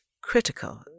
critical